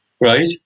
right